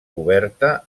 coberta